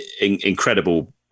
incredible